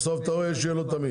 בסוף תמיד יש שאלות.